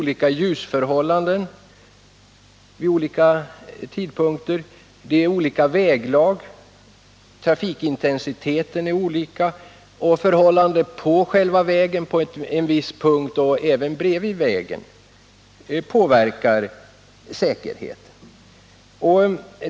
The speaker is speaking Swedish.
Ljusförhållandena är olika vid olika tidpunkter, väglaget är olika och trafikintensiteten likaså. Förhållandet på själva vägen och även bredvid vägen påverkar säkerheten.